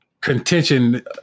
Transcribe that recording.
contention